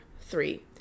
three